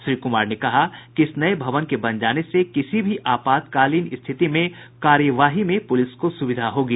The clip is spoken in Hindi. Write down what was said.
श्री कुमार ने कहा कि इस नये भवन के बन जाने से किसी भी आपातकालीन स्थिति में कार्यवाही में पुलिस को सुविधा होगी